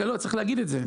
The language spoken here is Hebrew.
צריך להגיד את זה.